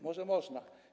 Może można.